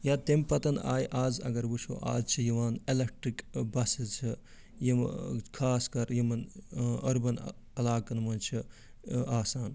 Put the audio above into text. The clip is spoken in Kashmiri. یا تَمہِ پَتہٕ آیہِ آزٕ اگر وٕچھو آز چھِ یِوان ایٚلیٚکٹرٛک بَسٕز چھِ یِم خاص کر یمن أربَن عَلاقَن مَنٛز چھِ آسان